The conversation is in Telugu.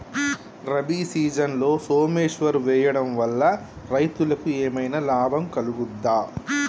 రబీ సీజన్లో సోమేశ్వర్ వేయడం వల్ల రైతులకు ఏమైనా లాభం కలుగుద్ద?